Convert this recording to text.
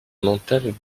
mental